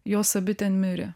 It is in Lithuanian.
jos abi ten mirė